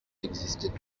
existait